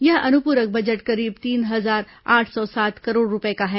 यह अनुपूरक बजट करीब तीन हजार आठ सौ सात करोड़ रूपये का है